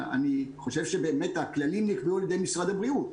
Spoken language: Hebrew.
אני חושב שבאמת הכללים נקבעו על ידי משרד הבריאות,